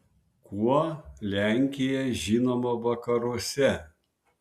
kuo lenkija žinoma vakaruose